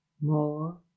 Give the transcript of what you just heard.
more